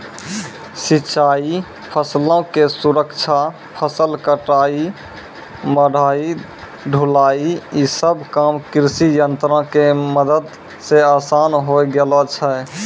सिंचाई, फसलो के सुरक्षा, फसल कटाई, मढ़ाई, ढुलाई इ सभ काम कृषियंत्रो के मदत से असान होय गेलो छै